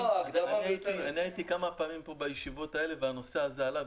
אני הייתי כמה פעמים פה בישיבות האלה והנושא הזה עלה.